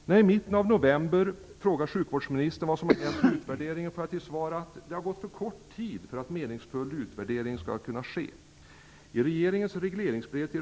Då jag i mitten av november frågade sjukvårdsministern vad som hade hänt med utvärderingen fick jag till svar: Det har gått för kort tid för att en meningsfull utvärdering skall kunna ske.